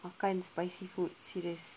makan spicy food serious